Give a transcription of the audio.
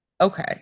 okay